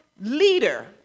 leader